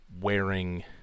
wearing